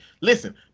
listen